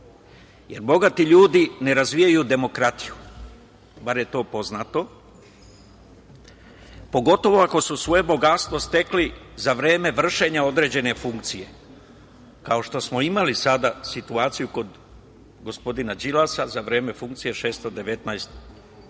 jer bogati ljudi ne razvijaju demokratiju, bar je to poznato, pogotovo ako su svoje bogatstvo stekli za vreme vršenja određene funkcije, kao što smo imali sada situaciju kod gospodina Đilasa za vreme funkcije, 619 miliona